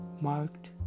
marked